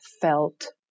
felt